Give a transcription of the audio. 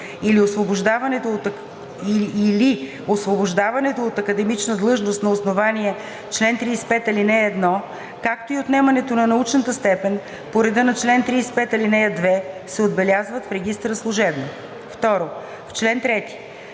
или освобождаването от академична длъжност на основание чл. 35, ал. 1, както и отнемането на научната степен по реда на чл. 35, ал. 2 се отбелязват в регистъра служебно.“ 2. В чл. 3: